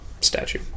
Statue